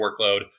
workload